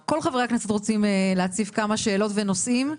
כל חברי הכנסת רוצים להציף כמה שאלות ונושאים.